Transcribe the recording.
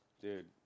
Dude